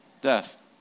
Death